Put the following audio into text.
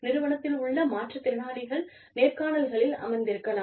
நிறுவனத்தில் உள்ள மாற்றுத்திறனாளிகள் நேர்காணல்களில் அமர்ந்திருக்கலாம்